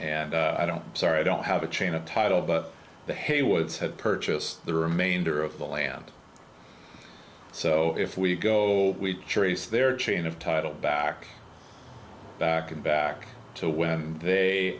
and i don't sorry i don't have a chain of title but the haywood's had purchased the remainder of the land so if we go we trace their chain of title back back in back to when they